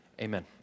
amen